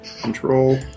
Control